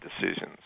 decisions